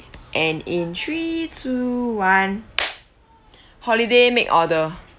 and in three two one holiday make order